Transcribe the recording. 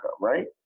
right